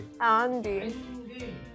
Andy